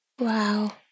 Wow